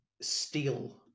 steel